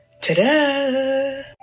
Ta-da